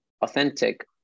authentic